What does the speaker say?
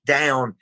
down